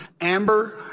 Amber